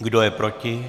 Kdo je proti?